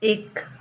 एक